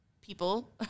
people